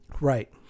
Right